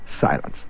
Silence